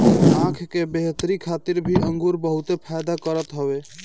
आँख बेहतरी खातिर भी अंगूर बहुते फायदा करत हवे